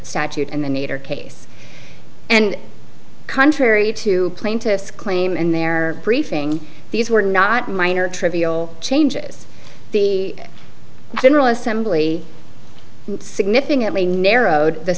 statute and the need or case and contrary to plaintiff's claim in their briefing these were not minor trivial changes the general assembly significantly narrowed the